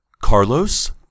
Carlos